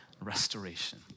restoration